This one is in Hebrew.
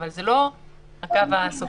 אבל זה לא הקו הסופי.